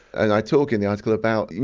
and i talk in the article about, you